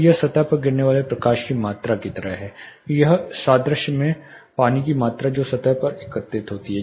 तो यह सतह पर गिरने वाले प्रकाश की मात्रा की तरह है या इस सादृश्य में पानी की मात्रा जो सतह पर एकत्रित होती है